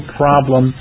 problem